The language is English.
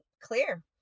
clear